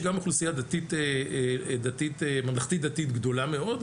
יש גם אוכלוסייה ממלכתית-דתית גדולה מאד.